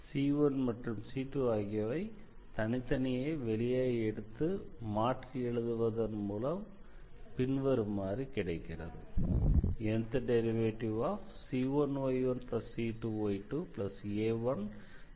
c1 மற்றும் c2 ஆகியவற்றை தனித்தனியாக வெளியே எடுத்து மாற்றி எழுதுவதன் மூலம் பின்வருமாறு கிடைக்கிறது